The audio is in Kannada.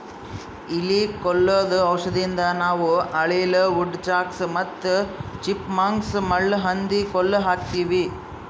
ಇಲಿ ಕೊಲ್ಲದು ಔಷಧದಿಂದ ನಾವ್ ಅಳಿಲ, ವುಡ್ ಚಕ್ಸ್, ಚಿಪ್ ಮಂಕ್ಸ್, ಮುಳ್ಳಹಂದಿ ಕೊಲ್ಲ ಹಾಕ್ತಿವಿ